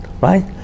right